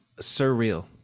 surreal